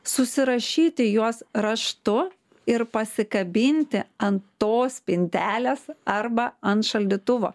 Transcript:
susirašyti juos raštu ir pasikabinti ant tos spintelės arba ant šaldytuvo